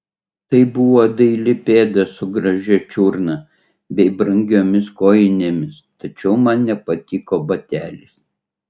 tai buvo daili pėda su gražia čiurna bei brangiomis kojinėmis tačiau man nepatiko batelis